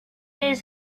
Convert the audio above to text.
his